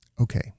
Okay